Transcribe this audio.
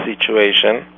situation